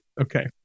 Okay